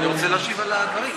אני רוצה להשיב על הדברים.